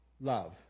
love